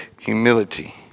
humility